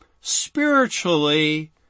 Spiritually